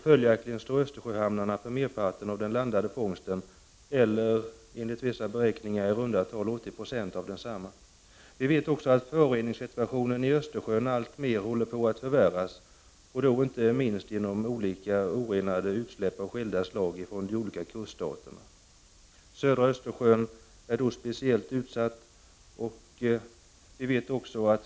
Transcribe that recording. Följaktligen står Östersjöhamnarna för merparten av den landade fångsten, enligt vissa beräkningar i runda tal 80 20 av densamma. Vi vet att föroreningssituationen i Östersjön håller på att förvärras alltmer, inte minst genom orenade utsläpp från de olika kuststaterna. Södra Östersjön är speciellt utsatt.